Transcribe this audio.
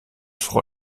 frau